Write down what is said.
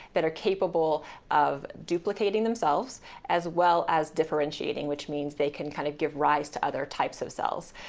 that are capable of duplicating themselves as well as differentiating, which means they can kind of give rise to other types of cells.